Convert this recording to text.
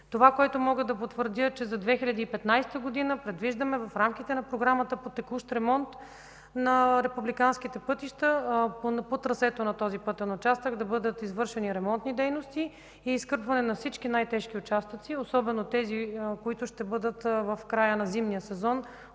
Това, което мога да потвърдя, е, че за 2015 г. предвиждаме в рамките на програмата по текущ ремонт на републиканските пътища по трасето на този пътен участък да бъдат извършени ремонтни дейности и изкърпване на всички най-тежки участъци, особено тези, които ще бъдат отворени в